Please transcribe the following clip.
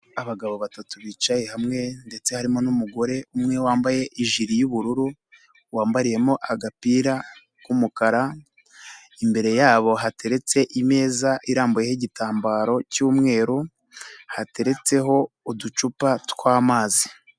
Abagabo batatu bicaye hamwe ndetse harimo n'umugore umwe wambaye ijiri y'ubururu, wambariyemo agapira k'umukara, imbere yabo hateretse imeza irambuyeho igitambaro cy'umweru hateretseho uducupa tw'amazi.